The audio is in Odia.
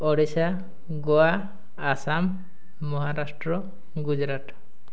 ଓଡ଼ିଶା ଗୋଆ ଆସାମ ମହାରାଷ୍ଟ୍ର ଗୁଜୁରାଟ